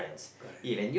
correct